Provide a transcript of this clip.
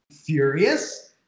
furious